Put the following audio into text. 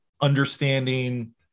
understanding